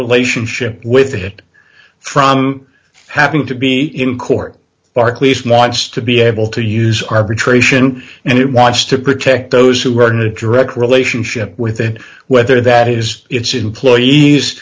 relationship with it from having to be in court barclays nots to be able to use arbitration and it wants to protect those who are in a direct relationship with it whether that is its employees i